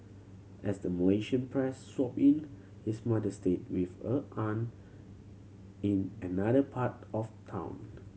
as the Malaysian press swooped in his mother stayed with a aunt in another part of town